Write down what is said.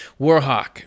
Warhawk